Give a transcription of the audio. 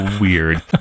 weird